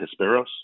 Hesperos